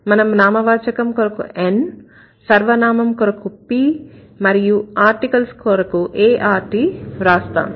మనం నామవాచకం కొరకు N సర్వనామం కొరకు P మరియు ఆర్టికల్స్ కొరకు Art రాస్తాము